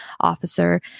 officer